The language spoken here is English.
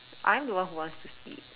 I'm the one who wants to sleep